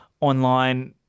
online –